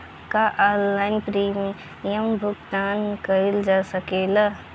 का online premium भुगतान कईल जा सकेला?